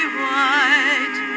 white